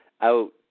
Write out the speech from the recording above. out